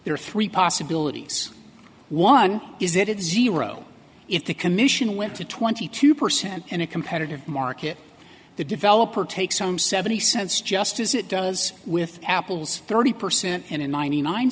there are three possibilities one is that it's zero if the commission went to twenty two percent in a competitive market the developer takes home seventy cents just as it does with apples thirty percent and in ninety nine